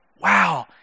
wow